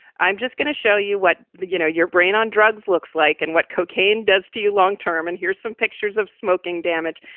i'm just going to show you what the, you know, your brain on drugs looks like and what cocaine does do you long term. and here's some pictures of smoking damage.